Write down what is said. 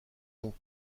mon